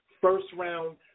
first-round